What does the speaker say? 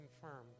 confirmed